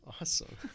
awesome